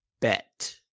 bet